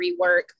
rework